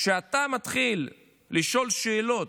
כשאתה מתחיל לשאול שאלות,